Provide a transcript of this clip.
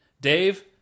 Dave